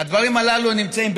השנה הוצאנו על אם